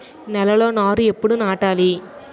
నేలలో నారు ఎప్పుడు నాటాలి?